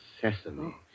sesame